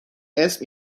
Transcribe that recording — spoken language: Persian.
اسم